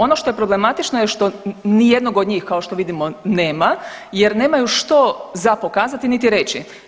Ono što je problematično je što nijednog od njih kao što vidimo nema, jer nemaju što za pokazati niti reći.